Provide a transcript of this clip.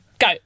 go